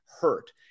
hurt